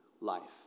life